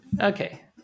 Okay